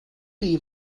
chi